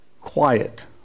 quiet